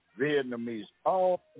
Vietnamese—all